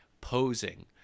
posing